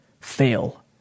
fail